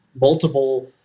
multiple